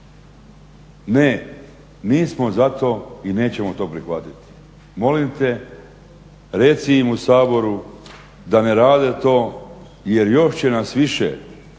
Ne, nismo za to i nećemo to prihvatiti. Molim te reci im u Saboru da ne rade to jer još će nas više